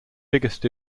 biggest